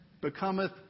becometh